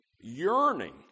yearning